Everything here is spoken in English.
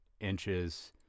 inches